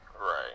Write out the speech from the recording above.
Right